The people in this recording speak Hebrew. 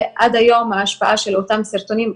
עד היום ההשפעה של אותם סרטונים,